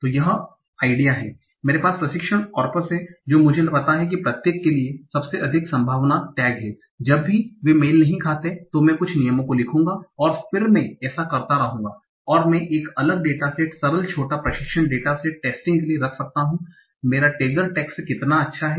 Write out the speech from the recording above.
तो यह आइडिया है मेरे पास प्रशिक्षण कॉर्पस है जो मुझे पता है कि प्रत्येक के लिए सबसे अधिक संभावना टैग है जब भी वे मेल नहीं खाते हैं तो मैं कुछ नियमों को लिखूंगा और फिर मैं ऐसा करता रहूंगा और मैं एक अलग डेटा सेट सरल छोटा परीक्षण डेटा सेट टेस्टिंग के लिए रख सकता हूं मेरा टैगर टेक्स्ट कितना अच्छा है